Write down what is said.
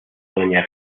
doña